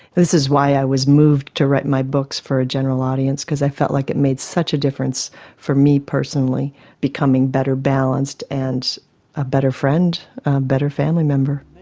this is why i was moved to write my books for a general audience because i felt like it made such a difference for me personally becoming better balanced and a better friend, a better family member.